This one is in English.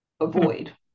avoid